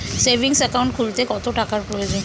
Savings account খুলতে কত টাকার প্রয়োজন?